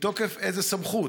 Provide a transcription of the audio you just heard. מתוקף איזו סמכות?